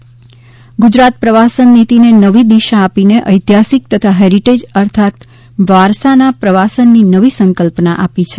ે ગુજરાત પ્રવાસન નીતિને નવી દિશા આપીને ઐતિહાસિક તથા હેરિટેજ અર્થાત વારસાના પ્રવાસનની નવી સંકલ્પના આપી છે